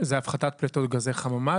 זה הפחתת פליטות גזי חממה.